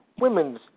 women's